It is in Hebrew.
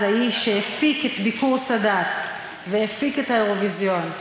האיש שהפיק את ביקור סאדאת והפיק את האירוויזיון,